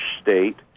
state